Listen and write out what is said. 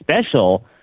special